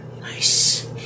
Nice